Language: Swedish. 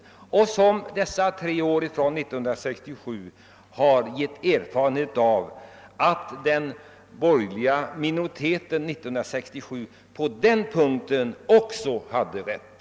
Erfarenheterna i detta avseende under de tre år som gått sedan 1967 bekräftar att den borgerliga minoriteten också på den punkten hade rätt.